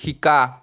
শিকা